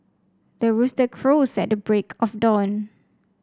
the rooster crows at the break of dawn